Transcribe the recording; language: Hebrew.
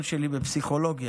היה: בואו נעשה למענם משהו גדול,